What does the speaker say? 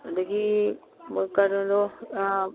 ꯑꯗꯒꯤ ꯃꯣꯏ ꯀꯩꯅꯣꯗꯣ